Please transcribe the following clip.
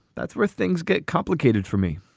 that's where things get complicated for me.